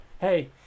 hey